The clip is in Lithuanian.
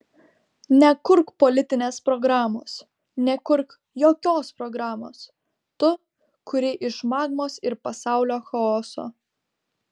nekurk politinės programos nekurk jokios programos tu kuri iš magmos ir pasaulio chaoso